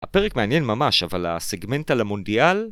הפרק מעניין ממש אבל הסגמנט על המונדיאל